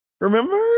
Remember